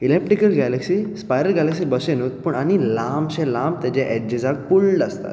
elliptical galaxy spiral galaxy भशेनूत पूण आनी लांबशे लांब तेजे एजीजाक पुल्ल्ड आसतात